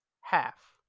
half